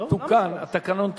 התקנון תוקן,